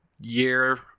year